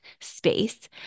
space